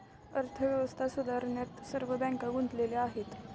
अर्थव्यवस्था सुधारण्यात सर्व बँका गुंतलेल्या आहेत